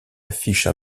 affiche